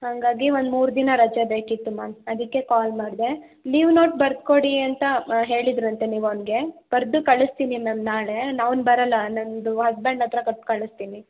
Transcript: ಹಾಗಾಗಿ ಒಂದು ಮೂರು ದಿನ ರಜೆ ಬೇಕಿತ್ತು ಮ್ಯಾಮ್ ಅದಕ್ಕೆ ಕಾಲ್ ಮಾಡಿದೆ ಲೀವ್ ನೋಟ್ ಬರೆದ್ಕೊಡಿ ಅಂತ ಹೇಳಿದ್ದಿರಂತೆ ನೀವು ಅವ್ನಿಗೆ ಬರೆದು ಕಳಿಸ್ತೀನಿ ಮ್ಯಾಮ್ ನಾಳೆ ಅವ್ನು ಬರೋಲ್ಲ ನನ್ನದು ಹಸ್ಬೆಂಡ್ ಹತ್ರ ಕೊಟ್ ಕಳಿಸ್ತೀನಿ